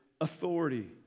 authority